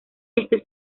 este